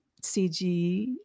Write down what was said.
CG